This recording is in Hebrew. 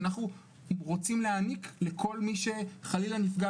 שאנחנו רוצים להעניק לכל מי שחלילה נפגע